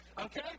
Okay